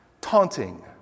taunting